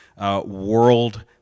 world